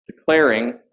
declaring